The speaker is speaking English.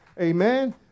Amen